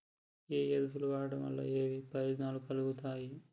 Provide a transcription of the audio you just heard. ఏ ఎరువులు వాడటం వల్ల ఏయే ప్రయోజనాలు కలుగుతయి?